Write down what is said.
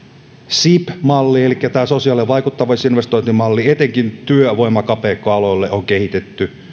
sib malli elikkä tämä sosiaalinen vaikuttavuusinvestointimalli sitä on etenkin työvoimakapeikkoaloille kehitetty